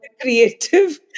creative